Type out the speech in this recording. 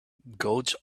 goats